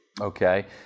Okay